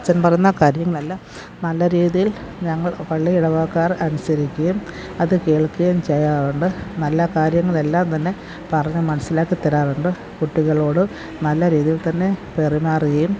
അച്ചൻ പറയുന്ന കാര്യങ്ങളെല്ലാം നല്ല രീതിയിൽ ഞങ്ങൾ പള്ളി ഇടവകക്കാർ അനുസരിക്കുകയും അത് കേൾക്കുകയും ചെയ്യാറുണ്ട് നല്ല കാര്യങ്ങളെല്ലാം തന്നെ പറഞ്ഞു മനസിലാക്കി തരാറുണ്ട് കുട്ടികളോടും നല്ല രീതിയിൽ തന്നെ പെരുമാറുകയും